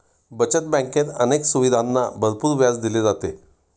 बचत बँकेत अनेक सुविधांना भरपूर व्याज दिले जाते